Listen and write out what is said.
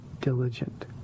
diligent